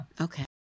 Okay